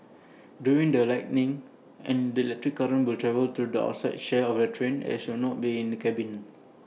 during the lightning and electric will travel through the outside shell of the train and should not being the cabin